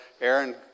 Aaron